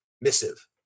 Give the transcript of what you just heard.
missive